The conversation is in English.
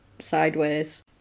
sideways